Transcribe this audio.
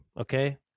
okay